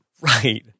Right